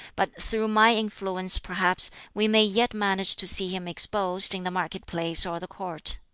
but through my influence perhaps we may yet manage to see him exposed in the marketplace or the court.